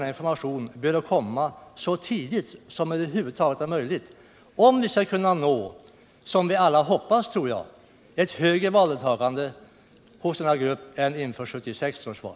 Informationen bör också ges så tidigt som det över huvud taget är möjligt, om vi skall nå — vilket vi väl alla hoppas — ett högre valdeltagande hos denna grupp än i 1976 års val.